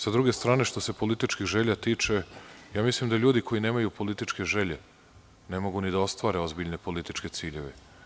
S druge strane, što se političkih želja tiče, mislim da ljudi koji nemaju političke želje ne mogu ni da ostvare ozbiljne političke ciljeve.